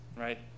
right